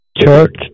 church